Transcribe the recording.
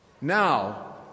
now